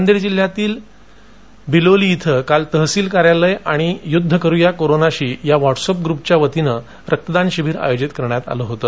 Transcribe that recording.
नांदेड जिल्ह्यातील विलोली इथं काल तहसील कार्यालय आणि यूध्द करूया कोरोनाशी या व्हॉटस्अप युपच्यावतीनं रक्तदान शिबिर आयोजित करण्यात आलं होतं